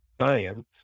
science